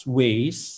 ways